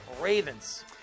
Ravens